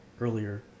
earlier